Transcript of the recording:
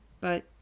But